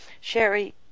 Sherry